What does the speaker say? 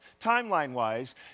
timeline-wise